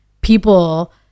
people